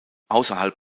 außerhalb